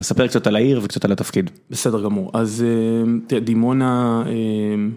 ספר קצת על העיר וקצת על התפקיד בסדר גמור אז תראה דימונה.